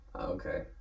Okay